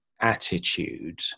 attitude